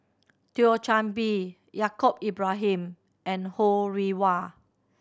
Thio Chan Bee Yaacob Ibrahim and Ho Rih Hwa